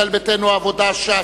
ביתנו, העבודה, ש"ס,